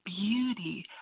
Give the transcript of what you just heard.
beauty